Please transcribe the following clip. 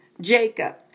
Jacob